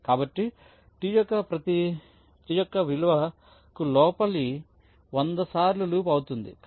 కాబట్టి T యొక్క ప్రతి విలువకు లోపలి While loop 100 సార్లు లూప్ అవుతుంది